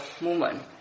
movement